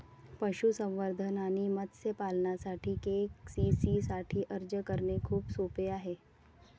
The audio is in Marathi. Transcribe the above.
पशुसंवर्धन आणि मत्स्य पालनासाठी के.सी.सी साठी अर्ज करणे खूप सोपे आहे